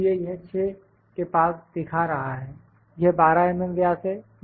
इसलिए यह 6 के पास दिखा रहा है यह 12 mm व्यास है